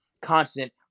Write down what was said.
constant